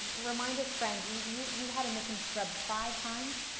remind us frank, you you had a mission scrubbed five times?